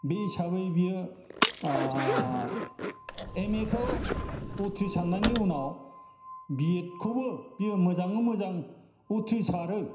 बे हिसाबै बेयो एमएखौ उथ्रिसारनायनि उनाव बिएडखौबो बियो मोजाङै मोजां उथ्रिसारो